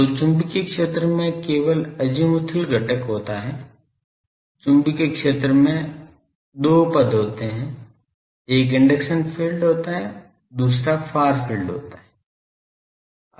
तो चुंबकीय क्षेत्र में केवल अजीमुथल घटक होता है चुंबकीय क्षेत्र में दो पद होते हैं एक इंडक्शन फील्ड होता है और दूसरा फार फील्ड होता है